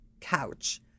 couch